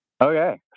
Okay